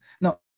no